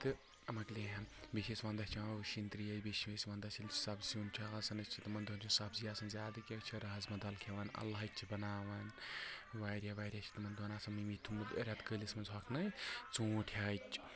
تہٕ مۄکلے ہن بیٚیہِ چھِ أسۍ ونٛدس چیٚوان وُشِنۍ تریش بیٚیہِ چھِ أسۍ ونٛدس ییٚلہِ سب سِیُن چھُ آسان أسۍ چھِ تِمن دۄہن چھِ سبٕزی آسان زیادٕ کینٛہہ أسۍ چھِ رازما دال کھٮ۪وان الہٕ ہچہِ بناوان واریاہ واریاہ چھ تِمن دۄہن آسان ممی تھوٚومُت رٮ۪تہٕ کٲلِس مںٛز ہوٚکھنٲیِتھ ژوٗنٹھ ہچہِ